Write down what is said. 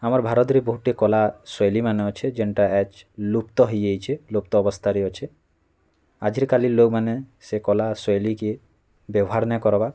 ଆମର୍ ଭାରତ୍ରେ ବହୁଟେ କଲା ଶୈଲୀ ମାନେ ଅଛେ ଯେନ୍ତା ଆଜ ଲୁପ୍ତ ହେଇଯାଇଛେ ଲୁପ୍ତ ଅବସ୍ଥାରେ ଅଛେ ଆଜିର୍ କାଲିର୍ ଲୋକ୍ମାନେ ସେ କଲା ଶୈଲୀକେ ବ୍ୟବହାର୍ ନାଇଁ କର୍ବାର୍